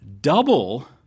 double